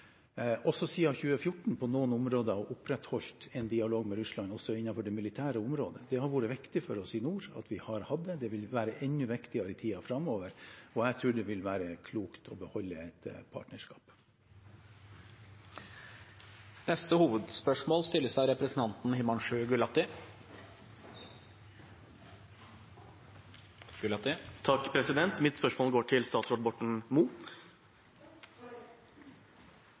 også siden 2014 – på noen områder å opprettholde en dialog med Russland, også innenfor det militære området. Det har vært viktig for oss i nord at vi har hatt det. Det vil være enda viktigere i tiden framover, og jeg tror det vil være klokt å beholde et partnerskap. Vi går til neste hovedspørsmål. Mitt spørsmål går til statsråd Borten